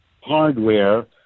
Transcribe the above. hardware